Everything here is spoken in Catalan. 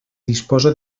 disposa